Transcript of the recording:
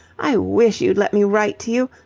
i wish you'd let me write to you.